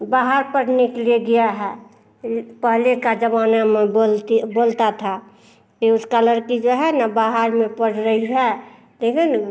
बाहर पढ़ने के लिए ग्या है ये पहले का जमाने में बोलती बोलता था कि उसका लड़की जो है न बाहर में पढ़ रही है लेकिन